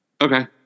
Okay